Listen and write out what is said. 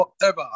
forever